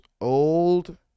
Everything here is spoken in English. old